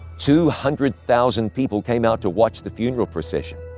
two hundred thousand people came out to watch the funeral procession.